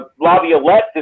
LaViolette